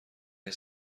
این